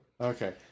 Okay